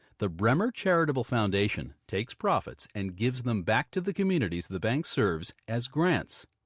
the bremer charitable foundation takes profits and gives them back to the communities the bank serves as grants.